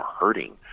hurting